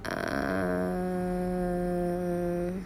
err